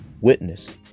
witness